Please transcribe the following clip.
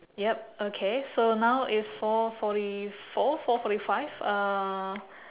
yup okay so now is four forty four four forty five uh